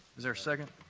is there a second?